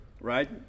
right